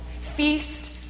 feast